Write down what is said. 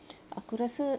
aku rasa